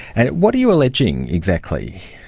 and what are you alleging exactly?